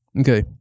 okay